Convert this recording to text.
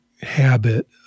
Habit